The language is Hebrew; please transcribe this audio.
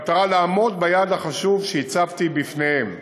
במטרה לעמוד ביעד החשוב שהצבתי בפניהם,